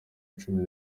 cumi